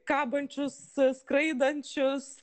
kabančius skraidančius